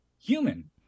human